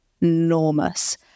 enormous